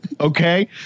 okay